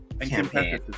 campaign